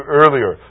earlier